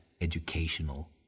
educational